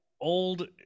old